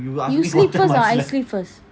you sleep first or I sleep first